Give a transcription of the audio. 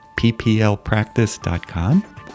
pplpractice.com